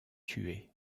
tuer